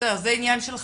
זה עניין של חקיקה,